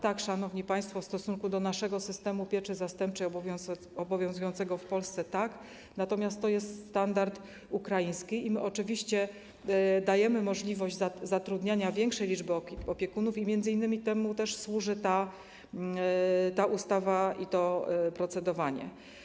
Tak, szanowni państwo, w stosunku do naszego systemu pieczy zastępczej, obowiązującego w Polsce - tak, natomiast to jest standard ukraiński, a my oczywiście dajemy możliwość zatrudniania większej liczby opiekunów i m.in. temu też służy ta ustawa i to procedowanie.